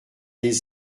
des